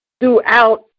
Throughout